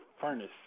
furnace